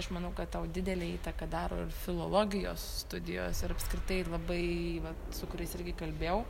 aš manau kad tau didelę įtaką daro ir filologijos studijos ir apskritai labai vat su kuriais irgi kalbėjau